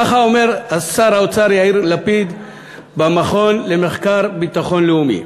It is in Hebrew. ככה אומר שר האוצר יאיר לפיד במכון למחקרי ביטחון לאומי: